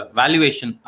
valuation